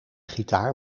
gitaar